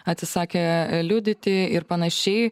atsisakė liudyti ir panašiai